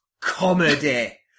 comedy